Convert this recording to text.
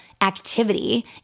activity